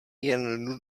jen